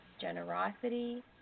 Generosity